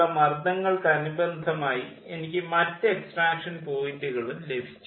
pn മർദ്ദങ്ങൾക്ക് അനുബന്ധമായി എനിക്ക് മറ്റ് എക്സ്ട്രാക്ഷൻ പോയിൻ്റുകളും ലഭിച്ചു